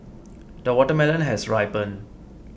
the watermelon has ripened